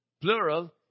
plural